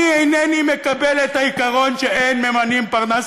אני אינני מקבל את העיקרון שאין ממנים פרנס